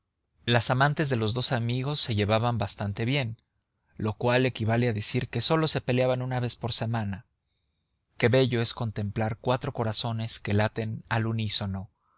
las amantes de los dos amigos se llevaban bastante bien lo cual equivale a decir que sólo se peleaban una vez por semana qué bello es contemplar cuatro corazones que laten al unísono